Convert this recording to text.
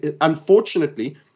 unfortunately